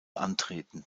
antreten